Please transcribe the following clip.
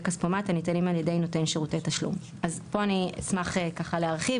כספומט הניתנים על ידי נותן שירותי תשלום."; אז פה אני אשמח להרחיב,